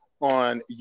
on